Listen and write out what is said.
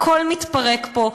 הכול מתפרק פה.